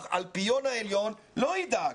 האלפיון העליון לא ידאג.